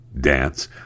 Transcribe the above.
Dance